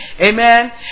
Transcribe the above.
Amen